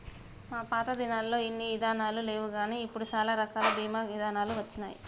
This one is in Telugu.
మా పాతదినాలల్లో ఇన్ని ఇదానాలు లేవుగాని ఇప్పుడు సాలా రకాల బీమా ఇదానాలు వచ్చినాయి